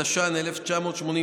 התש"ן 1989,